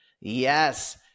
Yes